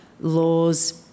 laws